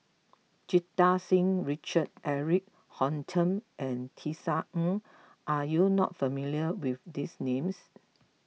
Jita Singh Richard Eric Holttum and Tisa Ng are you not familiar with these names